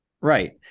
Right